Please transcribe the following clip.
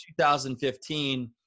2015